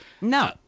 No